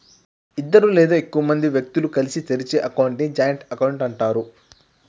ఇద్దరు లేదా ఎక్కువ మంది వ్యక్తులు కలిసి తెరిచే అకౌంట్ ని జాయింట్ అకౌంట్ అంటరు